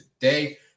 today